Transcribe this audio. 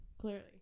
Clearly